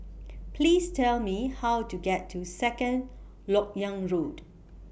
Please Tell Me How to get to Second Lok Yang Road